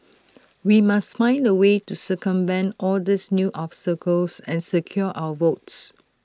we must find A way to circumvent all these new obstacles and secure our votes